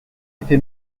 été